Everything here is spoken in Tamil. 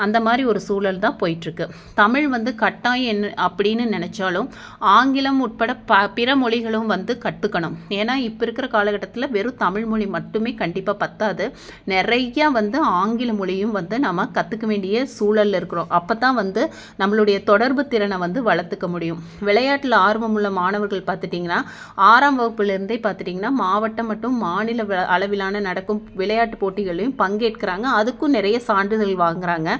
அந்த மாதிரி ஒரு சூழல் தான் போய்ட்ருக்கு தமிழ் வந்து கட்டாயம் என்ன அப்படின்னு நெனைச்சாலும் ஆங்கிலம் உட்பட ப பிற மொழிகளும் வந்து கற்றுக்கணும் ஏன்னா இப்போ இருக்கிற காலக்கட்டத்தில் வெறும் தமிழ்மொழி மட்டுமே கண்டிப்பாக பத்தாது நிறையா வந்து ஆங்கில மொழியும் வந்து நம்ம கற்றுக்க வேண்டிய சூழல்ல இருக்கிறோம் அப்போ தான் வந்து நம்மளுடைய தொடர்பு திறனை வந்து வளர்த்துக்க முடியும் விளையாட்ல ஆர்வம் உள்ள மாணவர்கள் பார்த்திட்டிங்கனா ஆறாம் வகுப்புலேருந்தே பார்த்திட்டிங்கனா மாவட்டம் மட்டும் மாநில வெ அளவிலான நடக்கும் விளையாட்டு போட்டிகள்லேயும் பங்கேற்கிறாங்க அதுக்கும் நிறைய சான்றிதழ் வாங்குகிறாங்க